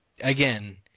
again